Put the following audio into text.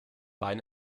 wein